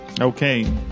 Okay